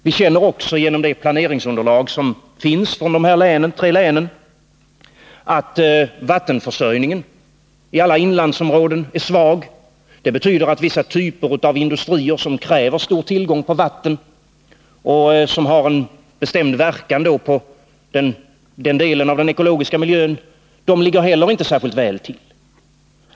Vi känner också till, genom det planeringsunderlag som finns från de här tre länen, att vattenförsörjningen alla inlandsområden är svag. Det betyder att vissa typer av industrier som kräver stor tillgång på vatten och som då har en bestämd verkan på den delen av den ekologiska miljön inte heller ligger särskilt väl till.